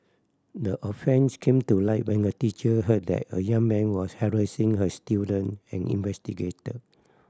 the offence came to light when a teacher heard that a young man was harassing her student and investigated